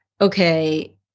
okay